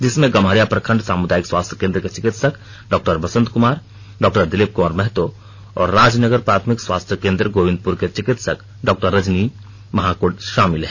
इसमें गम्हरिया प्रखंड सामुदायिक स्वास्थ्य केंद्र के चिकित्सक डॉ बसंत कुमार डॉ दिलीप कुमार महतो और राजनगर प्राथमिक स्वास्थ्य केंद्र गोविंदपुर के चिकित्सक डॉ रजनी महाकुड शामिल हैं